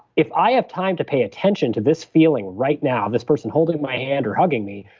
if i have time to pay attention to this feeling right now, this person holding my hand or hugging me,